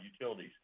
utilities